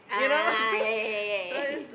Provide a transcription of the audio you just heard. ah a'ah yeah yeah yeah yeah